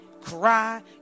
cry